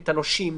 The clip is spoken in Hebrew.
את הנושים,